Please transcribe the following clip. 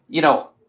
you know,